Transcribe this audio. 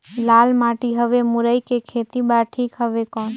लाल माटी हवे मुरई के खेती बार ठीक हवे कौन?